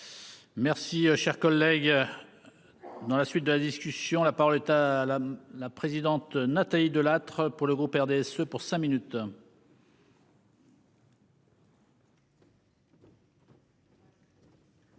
Merci cher collègue. Dans la suite de la discussion là par l'État la la présidente Nathalie Delattre pour le groupe RDSE pour cinq minutes.